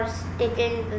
sticking